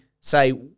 say